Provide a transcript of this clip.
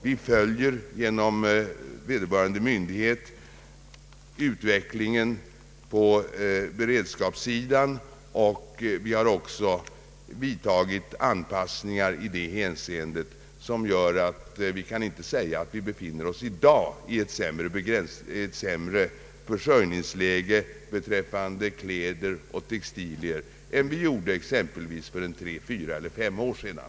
Vi följer genom vederbörande myndighet utvecklingen på beredskapssidan, och vi har också vidtagit anpassningar i det hänseendet som gör att vi inte kan säga att vi i dag befinner oss i ett sämre försörjningsläge beträffande kläder och andra textilier än vi gjorde exempelvis för tre, fyra eller fem år sedan.